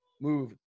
move